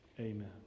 Amen